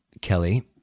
Kelly